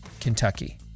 kentucky